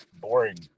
boring